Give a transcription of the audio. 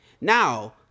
Now